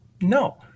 No